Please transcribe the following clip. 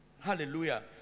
Hallelujah